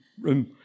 room